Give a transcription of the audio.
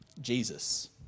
Jesus